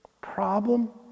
problem